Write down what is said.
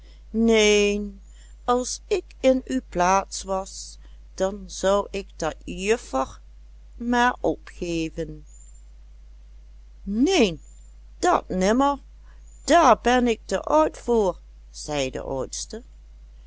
neen als ik in uw plaats was dan zou ik dat juffer maar opgeven neen dat nimmer daar ben ik te oud voor zei de oudste